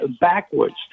backwards